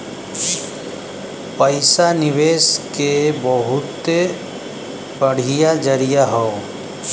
पइसा निवेस के बहुते बढ़िया जरिया हौ